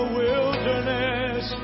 wilderness